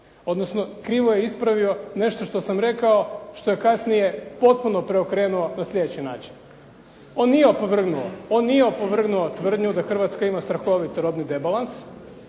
odnosno krivo je ispravio nešto što sam rekao, što je kasnije potpuno preokrenuo na sljedeći način. On nije opovrgnuo tvrdnju da Hrvatska ima strahoviti robni debalans,